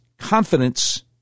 confidence